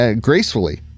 gracefully